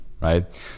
right